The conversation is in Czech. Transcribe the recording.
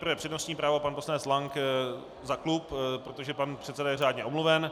Nejprve přednostní právo pan poslanec Lank za klub, protože pan předseda je řádně omluven.